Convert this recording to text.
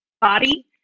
body